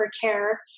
care